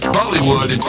Bollywood